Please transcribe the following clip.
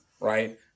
right